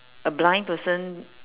a blind person